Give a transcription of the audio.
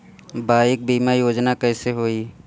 Bike बीमा योजना कैसे होई?